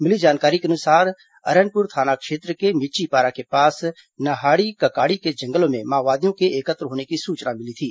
मिली जानकारी के मुताबिक अरनपुर थाना क्षेत्र के मिच्चीपारा के पास नहाड़ी ककाड़ी के जंगलों में माओवादियों के एकत्र होने की सूचना मिली थी